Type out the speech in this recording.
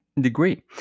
degree